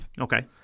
Okay